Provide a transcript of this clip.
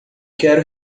quero